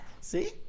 See